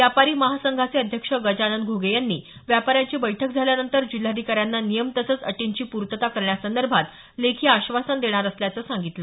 व्यापारी महासंघाचे अध्यक्ष गजानन घ्गे यांनी व्यापाऱ्यांची बैठक झाल्यानंतर जिल्हाधिकाऱ्यांना नियम तसंच अटींची पूर्तता करण्यासंदर्भात लेखी आश्वासन देणार असल्याचं सांगितलं